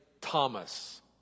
Thomas